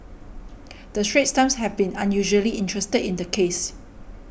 the Straits Times have been unusually interested in the case